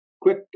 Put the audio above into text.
quick